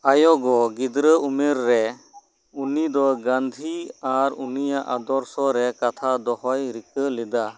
ᱟᱭᱳᱜᱚ ᱜᱤᱫᱽᱨᱟᱹ ᱩᱢᱮᱨ ᱨᱮ ᱩᱱᱤᱫᱚ ᱜᱟᱱᱫᱷᱤ ᱟᱨ ᱩᱱᱤᱭᱟᱜ ᱟᱫᱚᱨᱥᱚᱨᱮ ᱠᱟᱛᱷᱟ ᱫᱚᱦᱚᱭ ᱨᱤᱠᱟᱹ ᱞᱮᱫᱟ